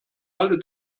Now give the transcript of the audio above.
alle